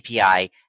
API